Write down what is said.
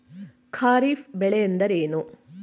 ಖಾರಿಫ್ ಬೆಳೆ ಎಂದರೇನು?